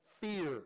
fear